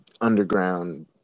underground